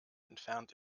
entfernt